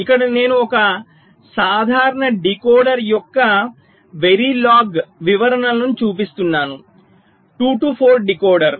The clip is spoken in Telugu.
ఇక్కడ నేను ఒక సాధారణ డీకోడర్ యొక్క వెరిలోగ్ వివరణలను చూపిస్తున్నాను 2 to 4 డీకోడర్